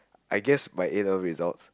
I guess my a-level results